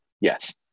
Yes